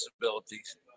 disabilities